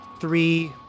three